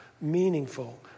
meaningful